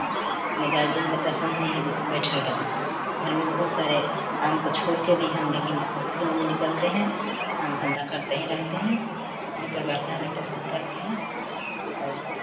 नहीं गार्जियन को पसंद नहीं है जो तू बैठल रहा घर में बहुत सारे काम को छोड़ कर भी हम लेकिन फिल्ड में निकलते हैं काम धंधा करते ही रहते हैं कहीं पर बैठना नहीं पसंद करते हैं और